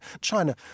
China